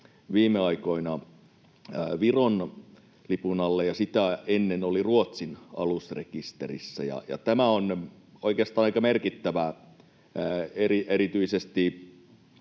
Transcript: viime aikoina Viron lipun alle ja sitä ennen oli Ruotsin alusrekisterissä, ja tämä on oikeastaan aika merkittävää erityisesti